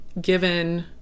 given